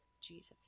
Jesus